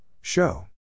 show